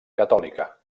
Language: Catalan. catòlica